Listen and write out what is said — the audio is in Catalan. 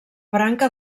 branca